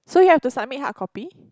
so you have to submit hard copy